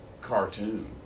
cartoon